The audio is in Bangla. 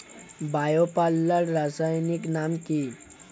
বায়ো পাল্লার রাসায়নিক নাম কি?